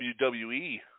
WWE